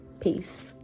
Peace